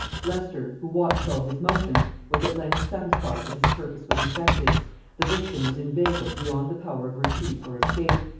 leicester, who watched all his motions, was at length satisfied that his purpose was effected the victim was inveigled beyond the power of retreat or escape,